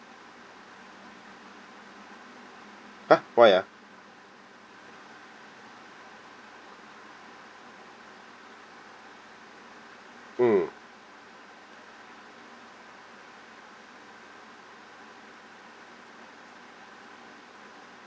!huh! why ah mm